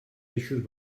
eixos